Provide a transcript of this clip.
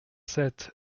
sept